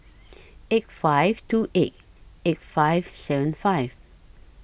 eight five two eight eight five seven five